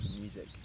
Music